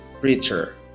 preacher